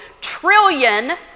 trillion